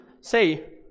say